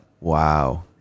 Wow